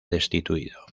destituido